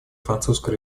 французской